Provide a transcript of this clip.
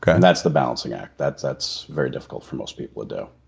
and that's the balancing act, that's that's very difficult for most people to do.